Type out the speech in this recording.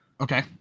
Okay